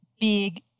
big